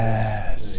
Yes